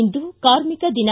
ಇಂದು ಕಾರ್ಮಿಕ ದಿನ